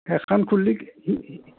সেইখন খুললি